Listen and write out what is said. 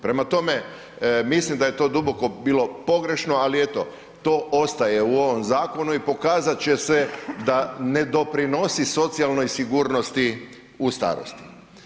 Prema tome, mislim da je to duboko bilo pogrešno ali eto, to ostaje u ovom zakonu i pokazat će se da ne doprinosi socijalnoj sigurnost u starosti.